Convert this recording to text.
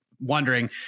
wondering